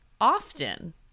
often